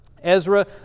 Ezra